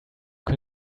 can